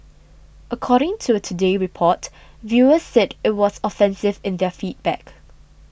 according to a Today Report viewers said it was offensive in their feedback